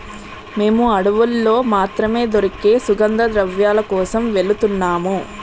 మేము అడవుల్లో మాత్రమే దొరికే సుగంధద్రవ్యాల కోసం వెలుతున్నాము